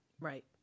Right